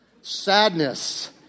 sadness